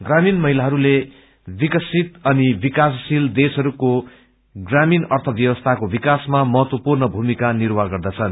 ग्रामीण महिलाहरूको विकासित अनि विकासशील देशहरूको ग्रामीण अर्थ व्यवस्थाको विाकासमा महत्वपूर्ण भूमिका निर्वाह गर्दछन्